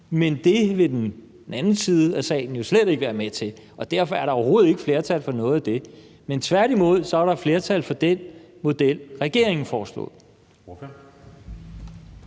Men det vil den anden side af salen jo slet ikke være med til, og derfor er der overhovedet ikke flertal for noget af det. Tværtimod er der flertal for den model, regeringen foreslog.